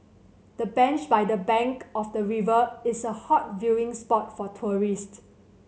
the bench by the bank of the river is a hot viewing spot for tourist